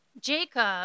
Jacob